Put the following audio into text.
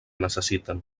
necessiten